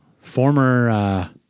Former